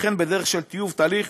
הן בדרך של טיוב הליך